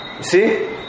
See